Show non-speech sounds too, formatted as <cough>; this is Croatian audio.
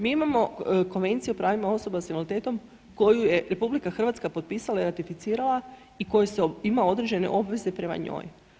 Mi imamo Konvenciju o pravima osoba sa invaliditetom koju je RH potpisala i ratificirala i ... <unintelligible> ima određene obveze prema njoj.